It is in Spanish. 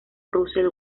russell